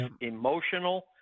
emotional